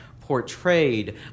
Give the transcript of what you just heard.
portrayed